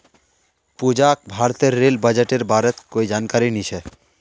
पूजाक भारतेर रेल बजटेर बारेत कोई जानकारी नी छ